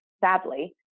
sadly